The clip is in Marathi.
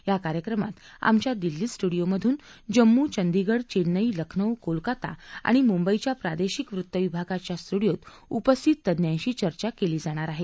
या कार्यक्रमातआमच्या दिल्ली स्टुडिओमधून जम्मू चंदिगढ चेन्नई लखनौ कोलकाता आणि मुंबई च्या प्रादेशिक वृत्त विभागाच्या स्टुडिओत उपस्थित तज्ज्ञांशी चर्चा केली जाणार आहे